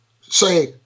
say